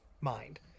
mind